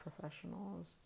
professionals